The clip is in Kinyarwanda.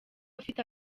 afite